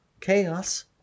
chaos